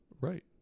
Right